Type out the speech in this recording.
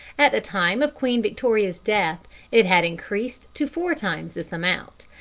at the time of queen victoria's death it had increased to four times this amount,